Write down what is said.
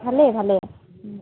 ভালেই ভালেই